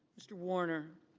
mr. warner.